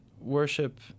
worship